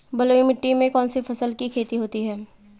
बलुई मिट्टी में कौनसी फसल की खेती होती है?